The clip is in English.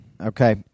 Okay